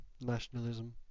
nationalism